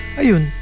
ayun